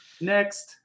Next